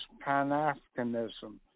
Pan-Africanism